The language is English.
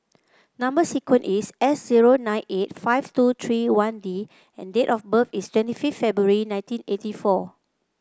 number sequence is zero nine eight five two three one D and date of birth is twenty fifth February nineteen eighty four